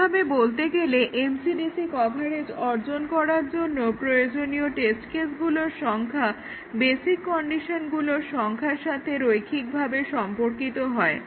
অন্যভাবে বলতে গেলে MCDC কভারেজ অর্জন করার জন্য প্রয়োজনীয় টেস্ট কেসগুলোর সংখ্যা বেসিক কন্ডিশনগুলোর সংখ্যার সাথে রৈখিকভাবে সম্পর্কিত হয়